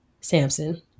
Samson